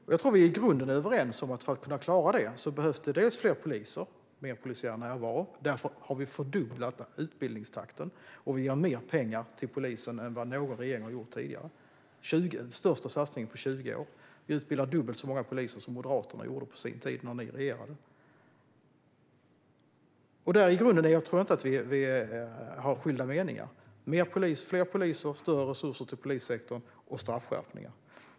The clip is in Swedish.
Vi är i grunden överens om att för att klara detta behövs fler poliser, det vill säga mer polisiär närvaro. Därför har regeringen fördubblat utbildningstakten, och regeringen har gett mer pengar till polisen än vad någon regering har gjort tidigare. Det är den största satsningen på 20 år. Det utbildas dubbelt så många poliser i dag som på den tiden Moderaterna regerade. Vi har i grunden inte skilda meningar. Det handlar om fler poliser, större resurser till polissektorn och straffskärpningar.